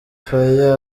fire